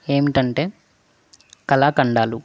ఏమిటంటే కళాఖండాలు